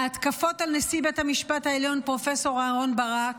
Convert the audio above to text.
ההתקפות על נשיא בית המשפט העליון פרופ'ר אהרן ברק